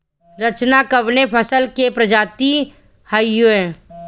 रचना कवने फसल के प्रजाति हयुए?